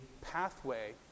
pathway